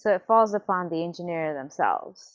so it falls upon the engineer themselves?